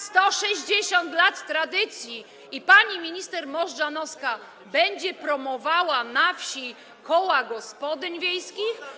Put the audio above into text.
160 lat tradycji i pani minister Możdżanowska będzie promowała na wsi koła gospodyń wiejskich?